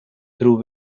through